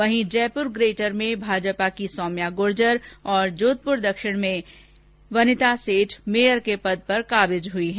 वहीं जयपुर ग्रेटर में भाजपा की सौम्या गुर्जर और जोधपुर दक्षिण में वनिता सेठ मेयर के पद पर काबिज हुई हैं